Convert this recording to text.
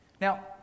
Now